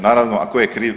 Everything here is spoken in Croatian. Naravno a tko je kriv?